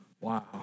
Wow